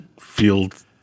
field